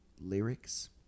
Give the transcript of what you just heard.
lyrics